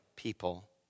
people